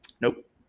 Nope